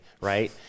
right